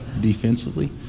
defensively